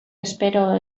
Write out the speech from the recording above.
espero